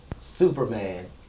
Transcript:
Superman